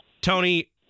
Tony